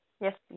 Yes